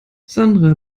sandra